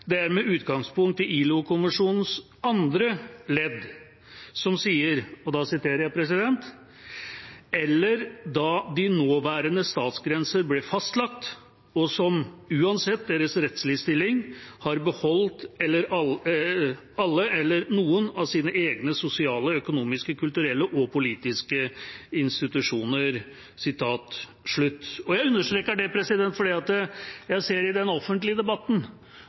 jeg siterer: «eller de nåværende statsgrenser ble fastlagt og som, uavhengig av sin rettslige stilling, har beholdt noen eller alle av sine egne sosiale, økonomiske, kulturelle og politiske institusjoner». Jeg understreker det fordi jeg ser i den offentlige debatten